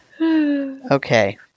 Okay